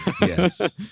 yes